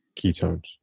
ketones